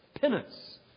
Penance